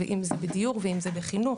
בדיור ובחינוך.